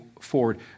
forward